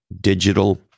digital